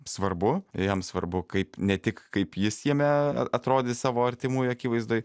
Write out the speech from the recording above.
svarbu jam svarbu kaip ne tik kaip jis jame atrodys savo artimųjų akivaizdoj